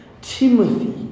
Timothy